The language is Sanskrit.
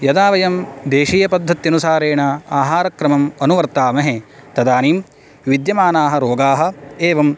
यदा वयं देशीयपद्धत्युनुसारेण आहारक्रमम् अनुवर्तामहे तदानीं विद्यमानाः रोगाः एवम्